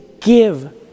give